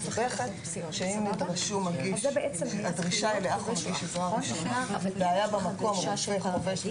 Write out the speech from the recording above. שאם הדרישה לאח או מגיש עזרה ראשונה והיה במקום רופא או פרמדיק,